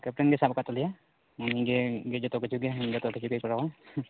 captain ᱜᱮᱭ ᱥᱟᱵ ᱟᱠᱟᱫ ᱛᱟᱞᱮᱭᱟ ᱩᱱᱤ ᱜᱮ ᱡᱚᱛᱚ ᱠᱤᱪᱷᱩ ᱜᱮ ᱦᱮᱱᱰᱮ ᱡᱚᱛᱚ ᱠᱩᱪᱷᱩᱭ ᱠᱚᱨᱟᱣᱟ